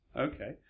Okay